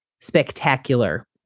spectacular